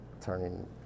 turning